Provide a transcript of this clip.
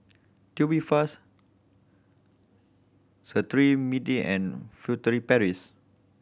Tubifast Cetrimide and Furtere Paris